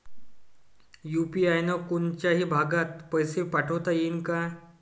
UPI न कोनच्याही भागात पैसे पाठवता येईन का?